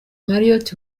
marriot